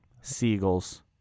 Seagulls